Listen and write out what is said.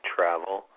Travel